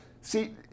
see